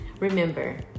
Remember